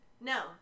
No